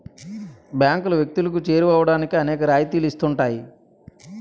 బ్యాంకులు వ్యక్తులకు చేరువవడానికి అనేక రాయితీలు ఇస్తుంటాయి